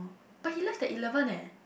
but he left at eleven eh